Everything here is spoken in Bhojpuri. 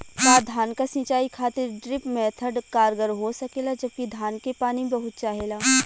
का धान क सिंचाई खातिर ड्रिप मेथड कारगर हो सकेला जबकि धान के पानी बहुत चाहेला?